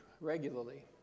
regularly